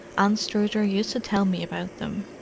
anstruther used to tell me about them.